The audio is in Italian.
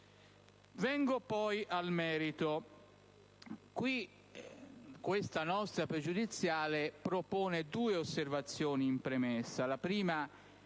Vengo al merito. La nostra questione pregiudiziale propone due osservazioni in premessa.